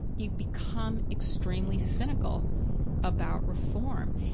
you become extremely cynical about reform.